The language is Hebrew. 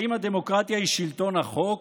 האם הדמוקרטיה היא שלטון החוק?